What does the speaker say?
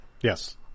yes